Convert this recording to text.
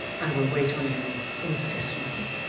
and will wait on you incessantly.